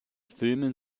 filmen